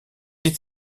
est